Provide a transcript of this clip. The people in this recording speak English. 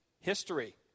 history